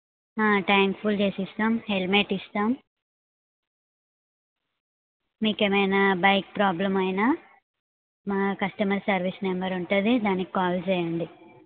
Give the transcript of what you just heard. tank full చేసి ఇస్తాం helmet ఇస్తాం మీకు ఏమైనా బైక్ ప్రాబ్లం అయినా మా కస్టమర్ సర్వీస్ నెంబర్ ఉంటుంది దానికి కాల్ చేయండి